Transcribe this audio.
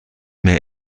mehr